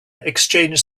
exchanged